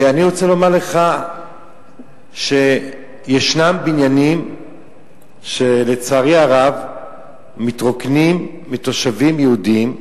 ואני רוצה לומר לך שיש בניינים שלצערי הרב מתרוקנים מתושבים יהודים,